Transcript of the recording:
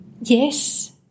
Yes